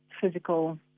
physical